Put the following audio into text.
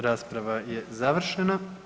Rasprava je završena.